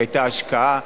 שהיתה השקעה,